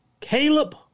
Caleb